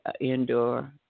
indoor